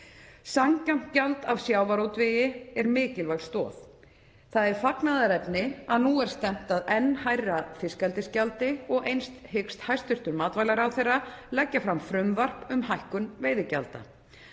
Sanngjarnt gjald af sjávarútvegi er mikilvæg stoð. Það er fagnaðarefni að nú er stefnt að enn hærra fiskeldisgjaldi og eins hyggst hæstv. matvælaráðherra leggja fram frumvarp um hækkun veiðigjalda.